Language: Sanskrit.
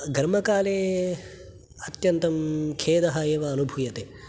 घर्मकाले अत्यन्तं खेदः एव अनुभूयते